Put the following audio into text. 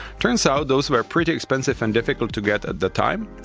turns out those were pretty expensive and difficult to get at that time,